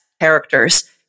characters